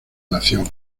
nación